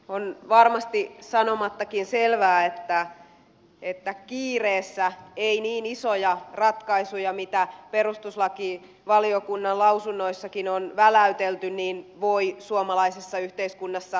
on varmasti sanomattakin selvää että kiireessä ei niin isoja ratkaisuja mitä perustuslakivaliokunnan lausunnoissakin on väläytelty voi suomalaisessa yhteiskunnassa tehdä